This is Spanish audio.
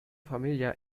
familia